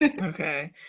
Okay